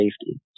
safety